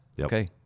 Okay